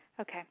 Okay